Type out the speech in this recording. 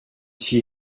s’y